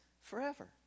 forever